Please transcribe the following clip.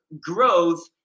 growth